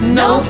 no